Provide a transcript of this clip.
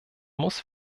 muss